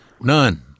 None